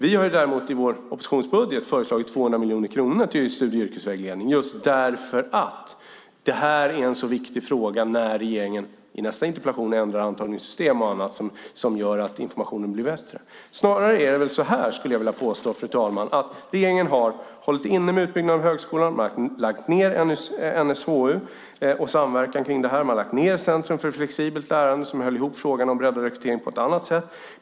Vi har däremot i vår oppositionsbudget föreslagit 200 miljoner kronor till studie och yrkesvägledning just för att detta är en så viktig fråga när regeringen - det tas upp i nästa interpellationsdebatt - ändrar antagningssystem och annat. Det gör att informationen blir bättre. Jag skulle vilja påstå, fru talman, att regeringen har hållit inne med utbyggnad av högskolan, lagt ned NSHU och samverkan kring detta och lagt ned Nationellt centrum för flexibelt lärande, som höll ihop frågan om breddad rekrytering på ett annat sätt.